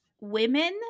women